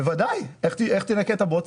בוודאי, איך תנקה את הבוץ?